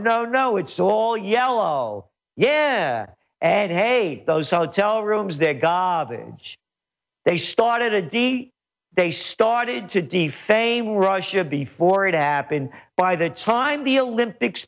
no no it's all yellow yeah and hey those hotel rooms they're goblins they started a d they started to d fame russia before it happened by the time the a lympics